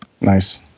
Nice